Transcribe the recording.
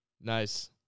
Nice